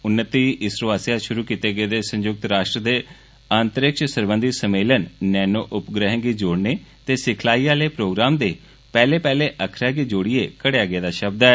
उन्नति इसरो आस्सेआ षुरु कीते गेदे संयुक्त रॉश्ट्र दे अंतरिक्ष सरबंधी सम्मेलन नैनो उपग्रहें गी जोड़ने ते सिखलाई आले प्रोग्राम दे पैहले पैहले अक्खरें गी जोड़िये धडेंया गेदा षब्द ऐ